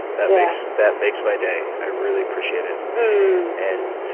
that makes that makes my day. i really appreciate it and,